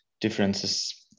differences